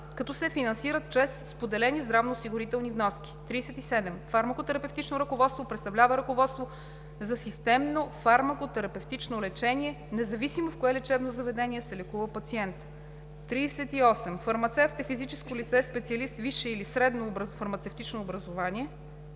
като се финансират чрез споделени здравноосигурителни вноски. 37. „Фармако-терапевтично ръководство“ представлява ръководство за системно фармако-терапевтично лечение, независимо в кое лечебно заведение се лекува пациентът. 38. „Фармацевт“ е физическо лице, специалист с висше или средно фармацевтично образование,